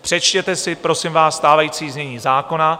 Přečtěte si, prosím vás, stávající znění zákona.